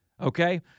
okay